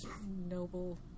noble